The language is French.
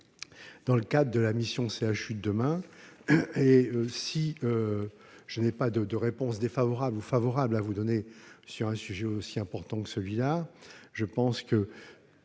dans le cadre de la mission « CHU de demain ». Si je n'ai pas de réponse défavorable ou favorable à émettre sur un sujet aussi important que celui-là, je pense que